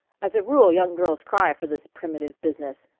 as a rule young girls cry for this primitive business.